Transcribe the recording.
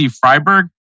Freiburg